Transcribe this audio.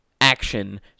action